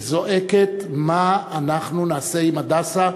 שזועקת: מה אנחנו נעשה עם "הדסה",